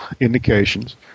indications